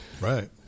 right